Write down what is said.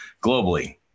globally